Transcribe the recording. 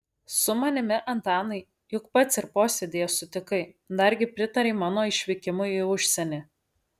su manimi antanai juk pats ir posėdyje sutikai dargi pritarei mano išvykimui į užsienį